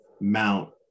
mount